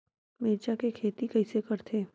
मिरचा के खेती कइसे करथे?